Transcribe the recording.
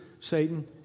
Satan